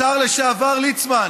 השר לשעבר ליצמן,